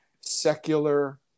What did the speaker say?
secular